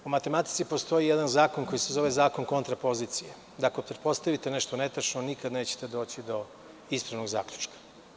U matematici postoji jedan zakon koji se zove Zakon kontrapozicije, da ako pretpostavite nešto netačno, nikada nećete doći do ispravnog zaključka.